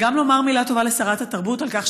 וגם לומר מילה טובה לשרת התרבות על כך